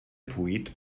poet